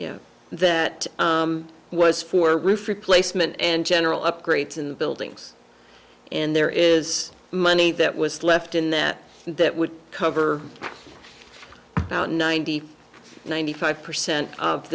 ago that was for roof replacement and general upgrades in the buildings and there is money that was left in there that would cover about ninety ninety five percent of